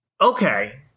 Okay